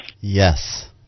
Yes